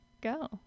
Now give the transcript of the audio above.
go